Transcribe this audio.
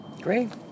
great